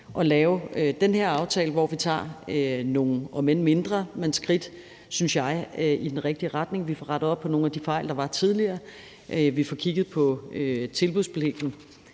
at lave den her aftale, hvor vi tager nogle, om end mindre, skridt, som jeg synes er i den rigtige retning. Vi får rettet op på nogle af de fejl, der var tidligere, og vi får kigget på tilbudspligten.